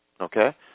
Okay